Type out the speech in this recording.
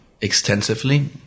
extensively